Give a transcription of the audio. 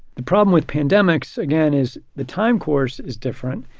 the problem with pandemics again is the time course is different.